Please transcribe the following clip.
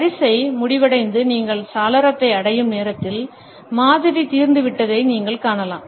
வரிசை முடிவடைந்து நீங்கள் சாளரத்தை அடையும் நேரத்தில் மாதிரி தீர்ந்துவிட்டதை நீங்கள் காணலாம்